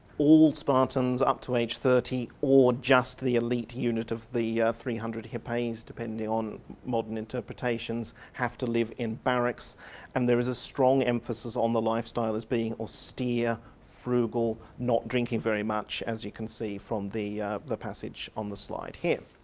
all spartans up to age thirty, or just the elite unit of the three hundred hippeis depending on modern interpretations, have to live in barracks and there is a strong emphasis on the lifestyle as being austere, frugal, not drinking very much, as you can see from the the passage on the slide here.